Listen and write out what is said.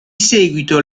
seguito